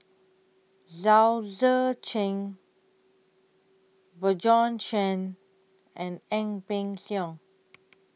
Chao Tzee Cheng Bjorn Shen and Ang Peng Siong